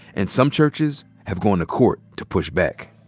and some churches have gone to court to push back.